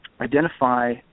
identify